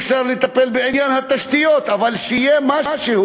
אפשר לטפל בעניין התשתיות, אבל שיהיה משהו